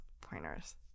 pointers